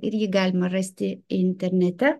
ir jį galima rasti internete